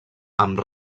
amb